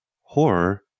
horror